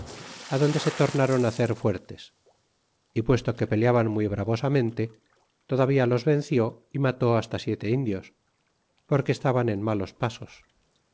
adonde se tornron hacer fuertes y puesto que peleaban muy bravosamente todavía los venció y mató hasta siete indios porque estaban en malos pasos